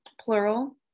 plural